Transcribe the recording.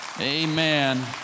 Amen